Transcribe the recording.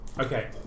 Okay